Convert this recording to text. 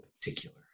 particular